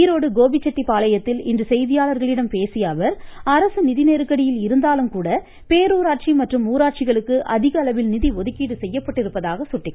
ஈரோடு கோபிசெட்டிப்பாளையத்தில் இன்று செய்தியாளர்களிடம் பேசிய அவர் அரசு நிதி நெருக்கடியில் இருந்தாலும் கூட பேரூராட்சி மற்றும் ஊராட்சிகளுக்கு அதிக அளவில் நிதி ஒதுக்கீடு செய்யப்பட்டிருப்பதாகவும் அவர் சுட்டிக்காட்டினார்